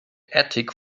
attic